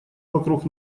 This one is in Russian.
вокруг